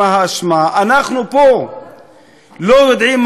אנחנו פה לא יודעים מה האשמה,